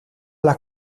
las